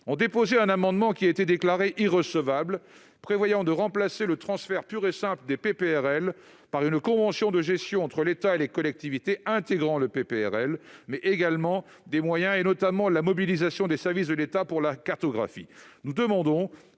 le dépôt d'un amendement, qui a été déclaré irrecevable, tendant à remplacer le transfert pur et simple des PPRL par une convention de gestion entre l'État et les collectivités intégrant ce plan ainsi que des moyens, notamment la mobilisation des services de l'État pour la cartographie.